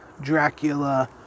Dracula